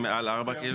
שמעל 4 כאילו?